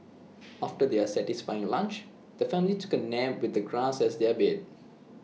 after their satisfying lunch the family took A nap with the grass as their bed